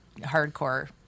hardcore